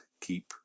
keep